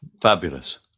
fabulous